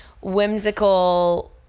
whimsical